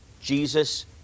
Jesus